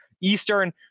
Eastern